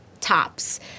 tops